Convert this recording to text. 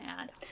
add